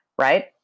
right